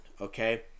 Okay